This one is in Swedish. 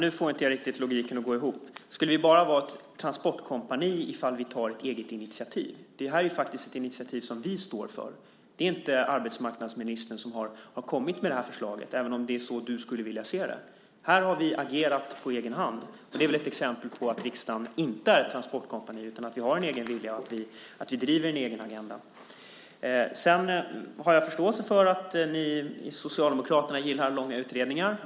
Herr talman! Jag får inte logiken att gå ihop riktigt. Skulle vi bara vara ett transportkompani om vi tar ett eget initiativ? Det här är faktiskt ett initiativ som vi står för. Det är inte arbetsmarknadsministern som har kommit med det här förslaget, även om det är så Lars Johansson skulle vilja se det. Här har vi agerat på egen hand. Det är väl ett exempel på att riksdagen inte är ett transportkompani utan har en egen vilja och driver en egen agenda. Jag har förståelse för att ni i Socialdemokraterna gillar långa utredningar.